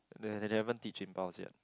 they they haven't teach impulse yet